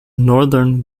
northern